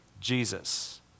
Jesus